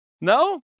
No